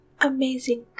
amazing